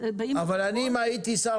בוא נעשה סדר.